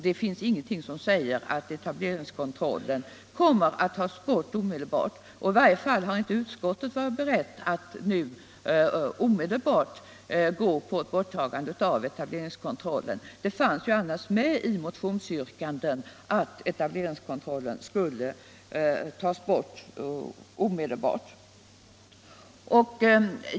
Det finns ingenting som säger att etableringskontrollen kommer att tas bort omedelbart, i varje fall har inte utskottet varit berett att genomföra deua. Det fanns annars med bland motionsyrkandena att etableringskontrollen omedelbart skall tas bort.